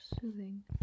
soothing